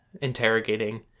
interrogating